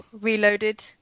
Reloaded